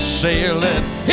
sailing